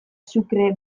sucre